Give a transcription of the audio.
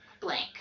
blank